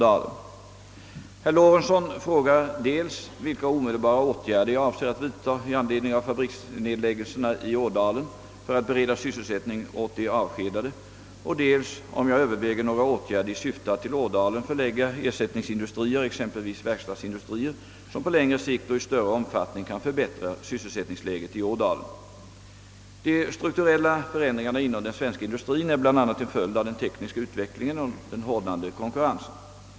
en aktiv lokaliseringspolitik Herr Lorentzon frågar dels vilka omedelbara åtgärder jag avser att vidta i anledning av fabriksnedläggelserna i Ådalen för att bereda sysselsättning åt de avskedade och dels om jag överväger några åtgärder i syfte att till Ådalen förlägga ersättningsindustrier, exempelvis verkstadsindustrier, som på längre sikt och i större omfattning kan förbättra sysselsättningsläget i Ådalen. De strukturella förändringarna inom den svenska industrien är bl.a. en följd av den tekniska utvecklingen och den hårdnande konkurrensen.